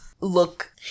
look